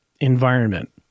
environment